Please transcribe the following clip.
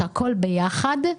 שהכול ביחד,